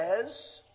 says